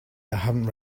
haven’t